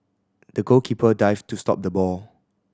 the goalkeeper dived to stop the ball